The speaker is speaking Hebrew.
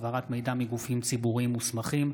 (העברת מידע מגופים ציבוריים מוסמכים),